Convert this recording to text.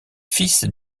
fils